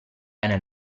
einer